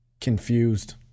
Confused